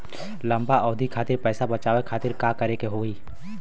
लंबा अवधि खातिर पैसा बचावे खातिर का करे के होयी?